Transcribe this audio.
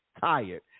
tired